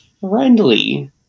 friendly